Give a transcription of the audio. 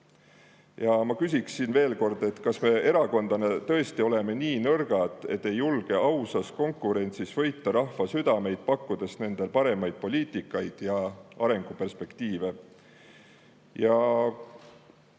Ma küsin veel kord: kas me erakondadena tõesti oleme nii nõrgad, et ei julge ausas konkurentsis võita rahva südameid, pakkudes nendele paremaid poliitikaid ja arenguperspektiive?